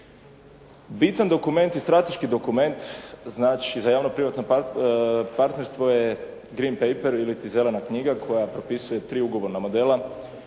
Bitan dokument i strateški dokument, znači za javno privatno partnerstvo je "green paper" iliti "Zelena knjiga" koja propisuje tri ugovorna modela,